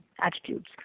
attitudes